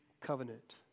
covenant